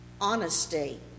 honesty